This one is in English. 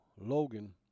Logan